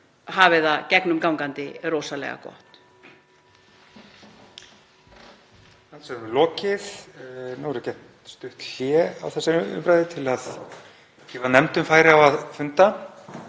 hafi það gegnumgangandi rosalega gott.